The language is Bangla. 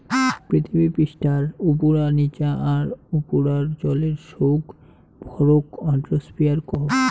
পিথীবি পিষ্ঠার উপুরা, নিচা আর তার উপুরার জলের সৌগ ভরক হাইড্রোস্ফিয়ার কয়